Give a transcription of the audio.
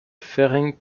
ferenc